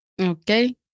Okay